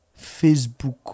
Facebook